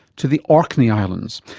to the orkney islands,